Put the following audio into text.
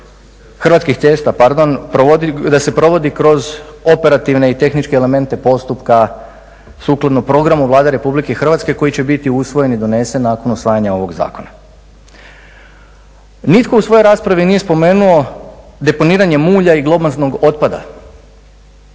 Hrvatski cesta pardon i da se provodi kroz operativne i tehničke elemente postupka sukladno programu Vlade RH koji će biti usvojen i donesen nakon usvajanja ovog zakona. Nitko u svojoj raspravi nije spomenuo deponiranje mulja i glomaznog otpada